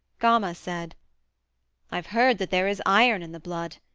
gama said i've heard that there is iron in the blood,